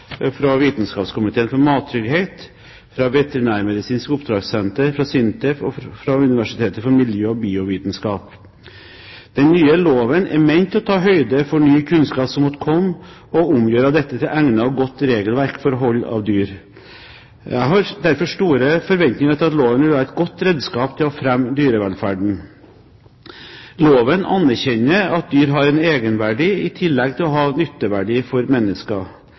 Vitenskapskomiteen for mattrygghet, fra Veterinærmedisinsk Oppdragssenter, fra SINTEF og fra Universitet for miljø- og biovitenskap. Den nye loven er ment å ta høyde for ny kunnskap som måtte komme, og omgjøre dette til egnet og godt regelverk for hold av dyr. Jeg har derfor store forventninger til at loven vil være et godt redskap til å fremme dyrevelferden. Loven anerkjenner at dyr har en egenverdi, i tillegg til å ha nytteverdi for mennesker.